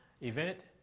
event